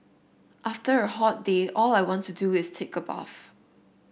after a hot day all I want to do is take a bath